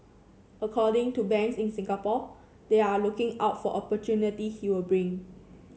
according to banks in Singapore they are looking out for opportunity he will bring